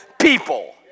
people